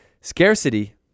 scarcity